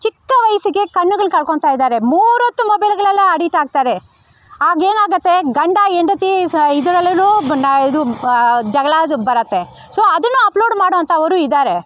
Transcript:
ಚಿಕ್ಕ ವಯಸ್ಸಿಗೆ ಕಣ್ಣುಗಳನ್ನ ಕಳ್ಕೊಳ್ತಾ ಇದ್ದಾರೆ ಮೂರೊತ್ತು ಮೊಬೈಲ್ಗಳಲ್ಲೇ ಅಡಿಟ್ ಆಗ್ತಾರೆ ಆಗೇನಾಗುತ್ತೆ ಗಂಡ ಹೆಂಡತಿ ಸಹ ಇದ್ರಲ್ಲಿಯೂ ಇದು ಜಗಳ ಬರುತ್ತೆ ಸೊ ಅದನ್ನು ಅಪ್ಲೋಡ್ ಮಾಡೋಂಥವ್ರು ಇದ್ದಾರೆ